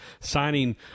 signing